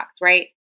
right